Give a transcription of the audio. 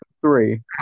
three